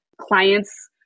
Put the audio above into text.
clients